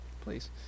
Please